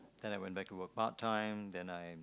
and then I went back to work part time and then I